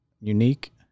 unique